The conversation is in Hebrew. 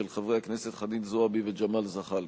של חברי הכנסת חנין זועבי וג'מאל זחאלקה.